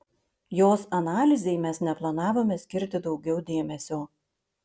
jos analizei mes neplanavome skirti daugiau dėmesio